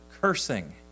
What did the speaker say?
cursing